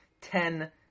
ten